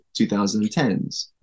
2010s